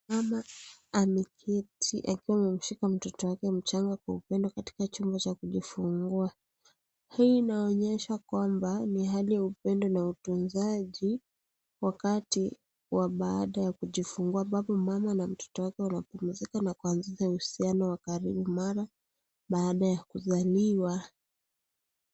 Mama ameketi akiwa amemshika mtoto wake mchanga kwa upendo katika chumba cha kujifungua, hii inaonyesha kwamba ni hali ya upendo na utunzaji wakati wa baada ya kujifungua ambapo mama na mtoto wake wanapumzika na kuanzisha uhusiano wa karibu mara baada ya kuzaliwa.